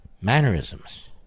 mannerisms